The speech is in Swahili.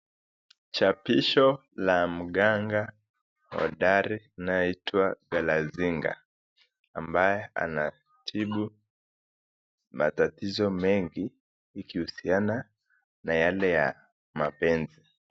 Chapisho la mganga hodari naitwa galazinga ambaye anatibu matatizo mengi ikihusiana na yale ya mapenzi.